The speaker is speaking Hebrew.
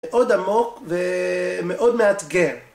מאוד עמוק ומאוד מאתגר.